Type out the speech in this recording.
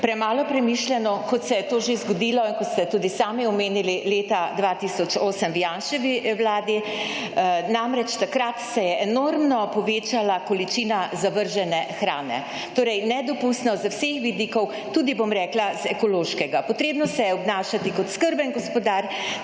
premalo premišljeno, kot se je to že zgodilo in kot ste tudi sami omenili leta 2008 v Janševi vladi. Namreč takrat se je enormno povečala količina zavržene hrane. Torej nedopustno z vseh vidikov, tudi bom rekla iz ekološkega. Potrebno se je obnašati kot skrben gospodar,